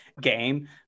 game